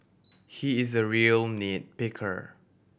he is a real nit picker